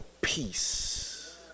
peace